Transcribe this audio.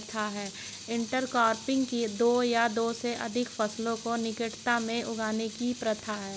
intercropping दो या दो से अधिक फसलों को निकटता में उगाने की प्रथा है